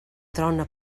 trona